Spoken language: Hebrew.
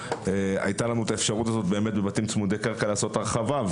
הייתה לנו באמת את האפשרות בבתים צמודי קרקע לעשות הרחבה,